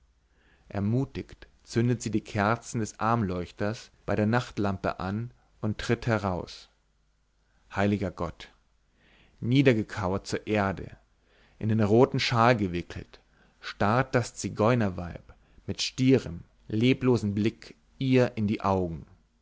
ermutigt zündet sie die kerzen des armleuchters bei der nachtlampe an und tritt heraus heiliger gott niedergekauert zur erde in den roten shawl gewickelt starrt das zigeunerweib mit stierem leblosem blick ihr in die augen